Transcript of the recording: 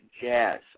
Jazz